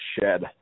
shed